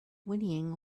whinnying